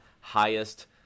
highest